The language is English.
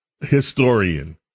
historian